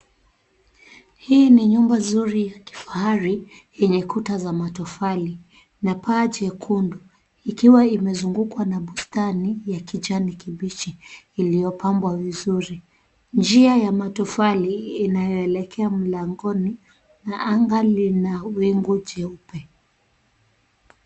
Hii ni nyumba zuri ya kifahari, yenye kuta za matofali na paa jekundu, ikiwa imezungukwa na bustani ya kijani kibichi iliyopambwa vizuri. Njia ya matofali inayoelekea mlangoni, na anga lina wingu jeupe.